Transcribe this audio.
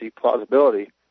plausibility